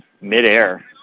midair